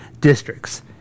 districts